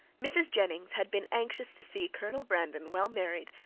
mrs. jennings had been anxious to see colonel brandon well married,